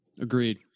Agreed